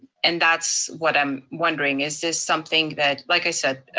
and that's what i'm wondering, is this something that. like i said,